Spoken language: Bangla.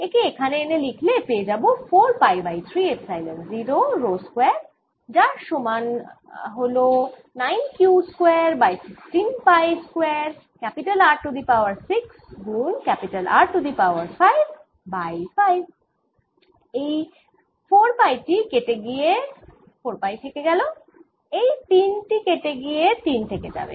একে এখানে এনে লিখলে পেয়ে যাবে 4 pi by 3 epsilon 0 rho square যার সমান হল 9Q square by 16 pi square R to the power 6 গুন R to the power 5 by 5 এই 4 পাই টি কেটে গিয়ে 4 পাই থাকবে এই ৩ টি কেটে গিয়ে ৩ থেকে যাবে